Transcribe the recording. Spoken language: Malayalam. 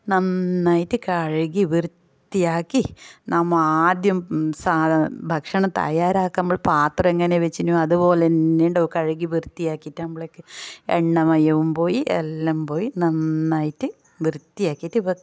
നന്നായിട്ട് കഴുകി വൃത്തിയാക്കി നമ്മൾ ആദ്യം സാ ഭക്ഷണം തയ്യാറാക്കുമ്പോൾ പാത്രം എങ്ങനെയാണ് വെച്ചിനു അതുപോലെ തന്നെ ഉണ്ടാവും കഴുകി വൃത്തിയാക്കിയിട്ട് നമ്മൾ ഒക്കെ എണ്ണ മയവും പോയി എല്ലാം പോയി നന്നായിട്ട് വൃത്തിയാക്കിയിട്ട് വയ്ക്കാം